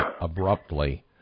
abruptly